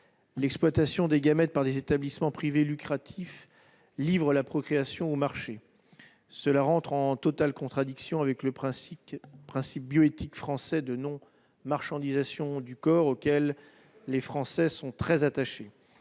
L'exploitation des gamètes par des établissements privés à but lucratif livre la procréation au marché. Cela entre en totale contradiction avec le principe bioéthique français de non-marchandisation du corps, auquel nos concitoyens sont très attachés.